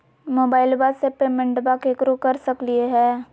मोबाइलबा से पेमेंटबा केकरो कर सकलिए है?